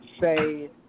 say